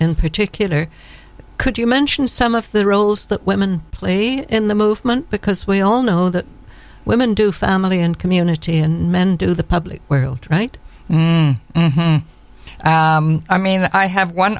in particular could you mention some of the roles that women play in the movement because we all know that women do family and community and men do the public right i mean i have one